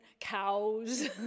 cows